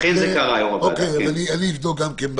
אבדוק גם.